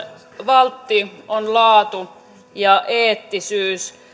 valtti on laatu ja eettisyys